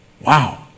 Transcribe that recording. Wow